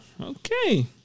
Okay